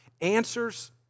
answers